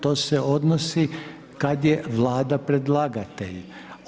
To se odnosi kad je Vlada predlagatelj.